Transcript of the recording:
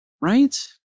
Right